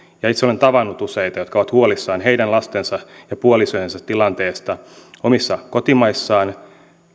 ja itse olen tavannut useita jotka ovat huolissaan heidän lastensa ja puolisojensa tilanteesta omissa kotimaissaan